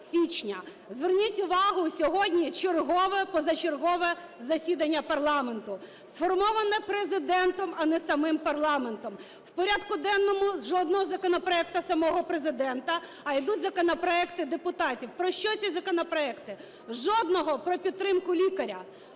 Зверніть увагу: сьогодні чергове позачергове засідання парламенту, сформоване Президентом, а не самим парламентом. В порядку денному – жодного законопроекту самого Президента, а йдуть законопроекти депутатів. Про що ці законопроекти? Жодного про підтримку лікаря,